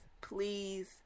please